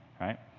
right